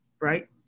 right